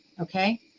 Okay